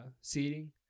seating